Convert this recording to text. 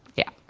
yeah.